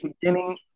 beginning